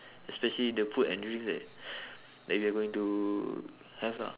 especially the food and drinks that that we are going to have lah